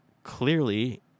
Clearly